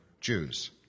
Jews